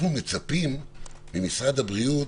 אנחנו מצפים ממשרד הבריאות,